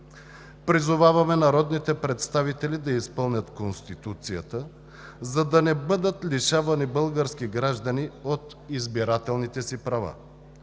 Призоваваме народните представители да изпълнят Конституцията, за да не бъдат лишавани български граждани от избирателните им права